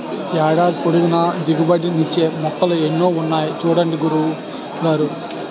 ఏడాది పొడుగునా దిగుబడి నిచ్చే మొక్కలు ఎన్నో ఉన్నాయి చూడండి గురువు గారు